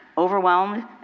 overwhelmed